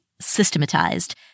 systematized